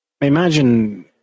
Imagine